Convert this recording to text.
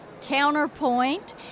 counterpoint